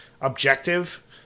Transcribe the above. objective